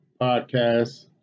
Podcast